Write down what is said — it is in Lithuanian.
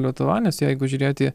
lietuva nes jeigu žiūrėti